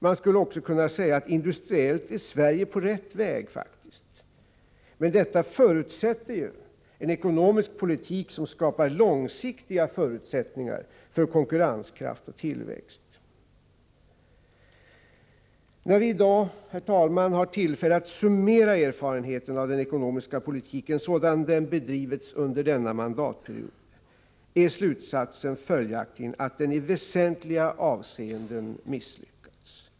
Man skulle också kunna säga att Sverige industriellt är på rätt väg, men det fordras en ekonomisk politik som skapar långsiktiga förutsättningar för konkurrenskraft och tillväxt. När vi i dag, herr talman, har tillfälle att summera erfarenheterna av den ekonomiska politiken, som den har bedrivits under denna mandatperiod, är slutsatsen följaktligen att den i väsentliga avseenden har misslyckats.